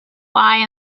lie